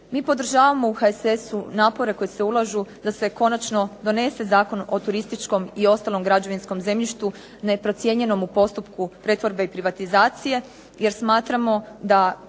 Mi podržavamo u HSS-u napore koji se ulažu da se konačno donese Zakon o turističkom i ostalom građevinskom zemljištu neprocijenjenom u postupku pretvorbe i privatizacije jer smatramo da